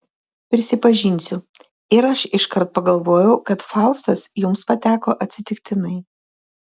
prisipažinsiu ir aš iškart pagalvojau kad faustas jums pateko atsitiktinai